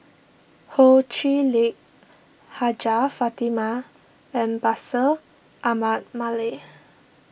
Ho Chee Lick Hajjah Fatimah and Bashir Ahmad Mallal